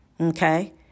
Okay